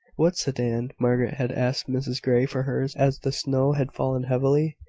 what sedan? margaret had asked mrs grey for hers, as the snow had fallen heavily,